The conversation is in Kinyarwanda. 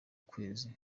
kwezi